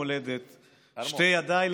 מולדת / שתי ידיי,